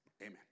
Amen